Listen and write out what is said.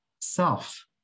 self